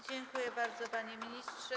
Dziękuję bardzo, panie ministrze.